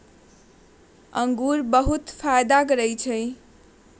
इंगूर बहुते फायदा करै छइ